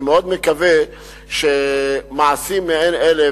אני מאוד מקווה שמעשים מעין אלה,